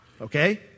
okay